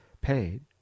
paid